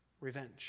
revenge